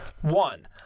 One